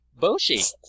Boshi